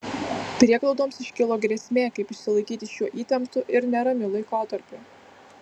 prieglaudoms iškilo grėsmė kaip išsilaikyti šiuo įtemptu ir neramiu laikotarpiu